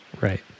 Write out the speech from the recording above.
Right